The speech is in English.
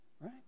right